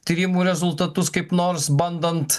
tyrimų rezultatus kaip nors bandant